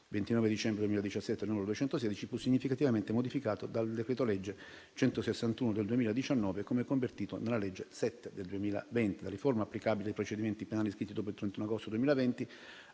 29 dicembre 2017, n. 216, più significativamente modificato dal decreto-legge n. 161 del 2019, come convertito nella legge n. 7 del 2020. La riforma, applicabile ai procedimenti penali iscritti dopo il 31 agosto 2020,